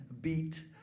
beat